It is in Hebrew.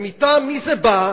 ומטעם מי זה בא?